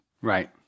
Right